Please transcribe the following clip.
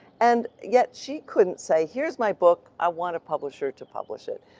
and yet she couldn't say here's my book, i want a publisher to publish it.